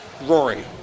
Rory